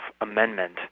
amendment